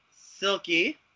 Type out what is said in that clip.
Silky